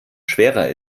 schwerer